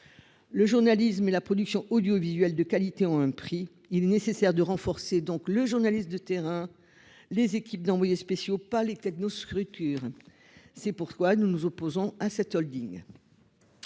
Le journalisme et la production audiovisuelle de qualité ont un prix, il est nécessaire de renforcer donc le journaliste de terrain. Les équipes d'envoyés spéciaux pas les technos scrutin. C'est pourquoi nous nous opposons à cette Holding.